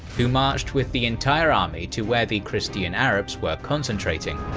who marched with the entire army to where the christian arabs were concentrating.